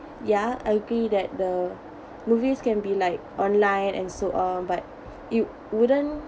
ya I agree that the movies can be like online and so on but you wouldn't